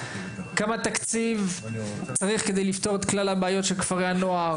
כמה תקציב צריך כדי לפתור את כלל הבעיות של כפרי הנוער.